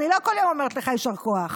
לא כל יום אני אומרת לך יישר כוח.